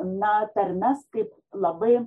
na tarmes kaip labai